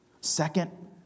Second